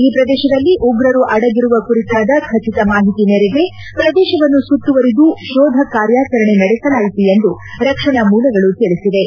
ಈ ಪ್ರದೇಶದಲ್ಲಿ ಉಗ್ರರು ಅಡಗಿರುವ ಕುರಿತಾದ ಖಚಿತ ಮಾಹಿತಿ ಮೇರೆಗೆ ಪ್ರದೇಶವನ್ನು ಸುತ್ತುವರಿದು ಶೋಧ ಕಾರ್ಯಾಚರಣೆ ನಡೆಸಲಾಯಿತು ಎಂದು ರಕ್ಷಣಾ ಮೂಲಗಳು ತಿಳಿಸಿವೆ